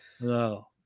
No